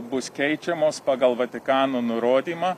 bus keičiamos pagal vatikano nurodymą